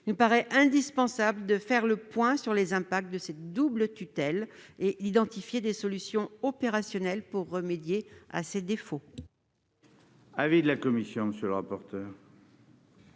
il apparaît indispensable de faire le point sur les effets de cette double tutelle et d'identifier des solutions opérationnelles afin de remédier à ces défauts.